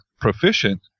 proficient